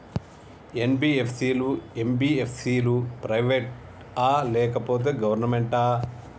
NBFC లు, MBFC లు private ఆ లేకపోతే గవర్నమెంటా?